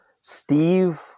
Steve